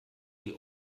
die